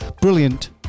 brilliant